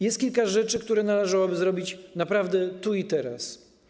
Jest kilka rzeczy, które należałoby zrobić naprawdę tu i teraz.